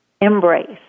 embrace